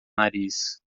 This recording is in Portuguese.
nariz